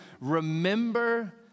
remember